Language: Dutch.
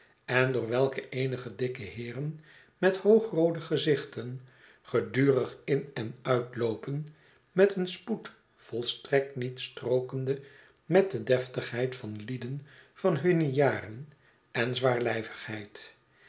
en door welke eenige dikke heeren methoogroode gezichten gedurig in en uitloopen met een spoed volstrekt niet strookende met de deftigheid van lieden van hunne jaren en